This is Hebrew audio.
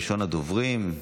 ראשון הדוברים,